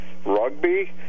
Rugby